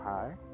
Hi